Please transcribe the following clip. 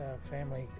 family